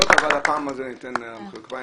אבל הפעם ניתן מחיאות כפיים,